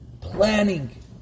planning